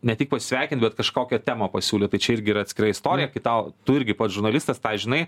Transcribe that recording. ne tik pasisveikint bet kažkokią temą pasiūlyt tai čia irgi yra atskira istorija kai tau tu irgi pats žurnalistas tą žinai